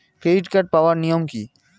Credit card পাওয়ার নিয়ম কী?